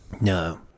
No